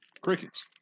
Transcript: crickets